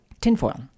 tinfoil